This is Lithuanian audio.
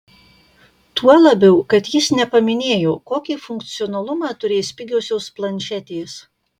tuo labiau kad jis nepaminėjo kokį funkcionalumą turės pigiosios planšetės